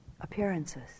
appearances